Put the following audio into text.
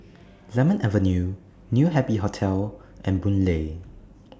Lemon Avenue New Happy Hotel and Boon Lay